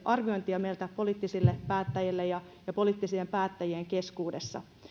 arviointia meiltä poliittisilta päättäjiltä ja ja poliittisten päättäjien keskuudessa